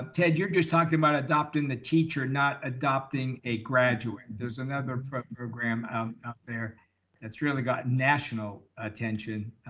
ted, you're just talking about adopting the teacher, not adopting a graduate. there's another prep program um up there and it's really gotten national attention.